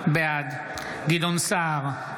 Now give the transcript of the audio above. בעד גדעון סער,